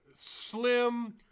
slim